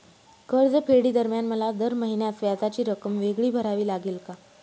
कर्जफेडीदरम्यान मला दर महिन्यास व्याजाची रक्कम वेगळी भरावी लागेल का?